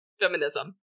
feminism